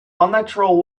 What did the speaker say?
unnatural